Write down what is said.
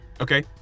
Okay